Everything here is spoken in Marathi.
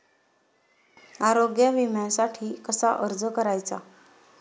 आरोग्य विम्यासाठी कसा अर्ज करायचा?